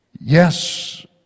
Yes